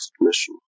mission